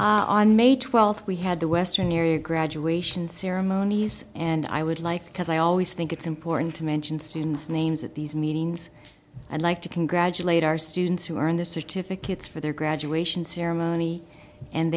area on may twelfth we had the western area graduation ceremonies and i would like because i always think it's important to mention students names at these meetings and like to congratulate our students who are in the certificates for their graduation ceremony and